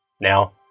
Now